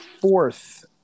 fourth